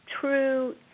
true